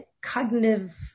cognitive